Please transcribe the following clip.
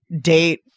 date